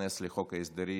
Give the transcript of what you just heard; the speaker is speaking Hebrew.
להיכנס לחוק ההסדרים